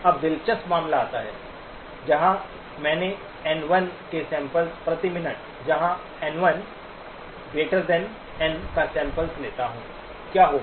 अब दिलचस्प मामला आता है जहां मैं एन1 के सैम्पल्स प्रति मिनट जहां एन1 एन N1 N का सैम्पल्स लेता हूं क्या होगा